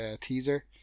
teaser